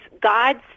God's